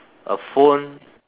a phone